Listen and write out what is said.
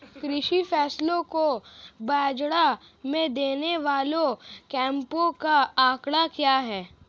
कृषि फसलों को बाज़ार में देने वाले कैंपों का आंकड़ा क्या है?